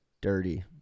dirty